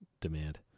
Demand